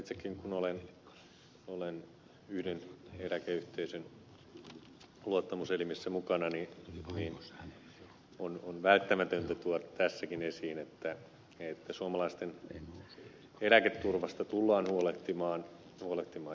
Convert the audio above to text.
itsekin kun olen yhden eläkeyhteisön luottamuselimissä mukana niin on välttämätöntä tuoda tässäkin esiin että suomalaisten eläketurvasta tullaan huolehtimaan jatkossakin